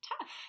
tough